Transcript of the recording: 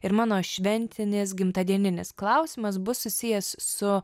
ir mano šventinis gimtadieninis klausimas bus susijęs su